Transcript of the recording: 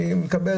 אני מקבל,